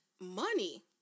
money